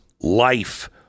life